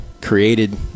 created